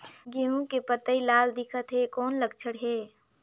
गहूं के पतई लाल दिखत हे कौन लक्षण हे?